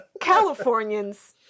Californians